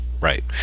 right